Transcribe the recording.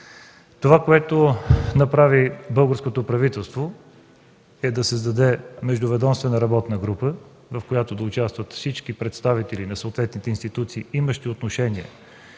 Това, което направи българското правителство, е да създаде междуведомствена работна група, в която да участват всички представители на съответните институции, имащи отношение